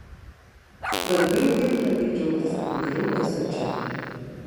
bet dabar jau galiu ramiai džiaugtis kad pagaliau esu čia